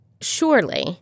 Surely